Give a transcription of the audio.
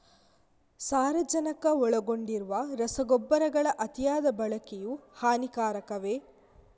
ಸಾರಜನಕ ಒಳಗೊಂಡಿರುವ ರಸಗೊಬ್ಬರಗಳ ಅತಿಯಾದ ಬಳಕೆಯು ಹಾನಿಕಾರಕವೇ?